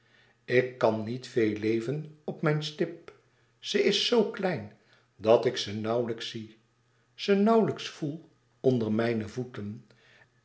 ik kan niet veel leven op mijn stip ze is zoo klein dat ik ze nauwlijks zie ze nauwlijks voel onder mijne voeten